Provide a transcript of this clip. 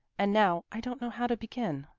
and now i don't know how to begin.